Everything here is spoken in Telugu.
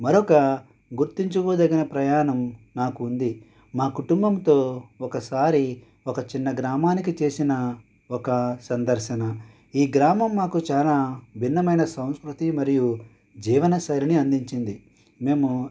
మరొక గుర్తించుకోదగిన ప్రయాణం నాకు ఉంది మా కుటుంబంతో ఒకసారి ఒక చిన్న గ్రామానికి చేసిన ఒక సందర్శన ఈ గ్రామం మాకు చానా భిన్నమైన సంస్కృతి మరియు జీవనశైలిని అందించింది మేము